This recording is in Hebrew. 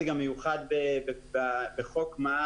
בהתחשב בגלובליזציה